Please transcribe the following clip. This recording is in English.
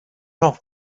off